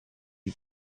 you